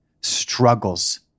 struggles